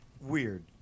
weird